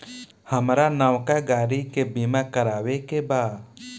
हामरा नवका गाड़ी के बीमा करावे के बा